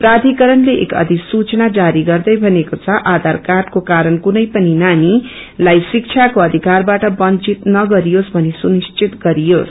प्राथिकरणले एक अधिसूचना जारी गर्दै भनेको छ आधार कार्डको कारण कुनै पनि नानीलाई शिक्षाको अधिकारबाट बंचित नगरियोस भनि सुनिश्चित गरियोस